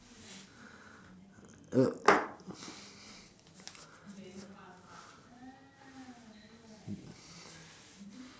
uh